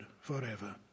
forever